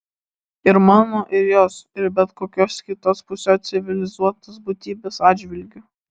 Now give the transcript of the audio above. ir mano ir jos ir bet kokios kitos pusiau civilizuotos būtybės atžvilgiu